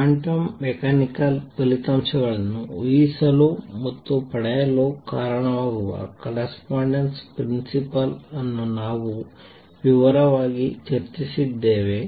quantum mechanical ಫಲಿತಾಂಶಗಳನ್ನು ಊಹಿಸಲು ಮತ್ತು ಪಡೆಯಲು ಕಾರಣವಾಗುವ ಕರೆಸ್ಪಾಂಡೆನ್ಸ್ ಪ್ರಿನ್ಸಿಪಲ್ ಅನ್ನು ನಾವು ವಿವರವಾಗಿ ಚರ್ಚಿಸಿದ್ದೇವೆ